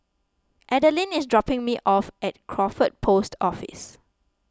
Adeline is dropping me off at Crawford Post Office